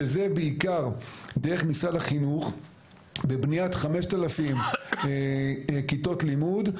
שזה בעיקר דרך משרד החינוך בבניית 5,000 כיתות לימוד,